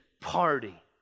party